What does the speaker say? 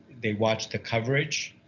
they watch the coverage.